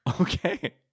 Okay